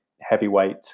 heavyweight